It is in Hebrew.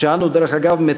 ודרך אגב,